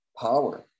power